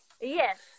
Yes